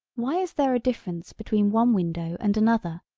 why is there a difference between one window and another,